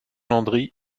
landry